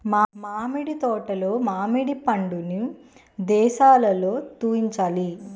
మామిడి తోటలో మామిడి పండు నీ ఏదశలో తుంచాలి?